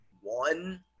one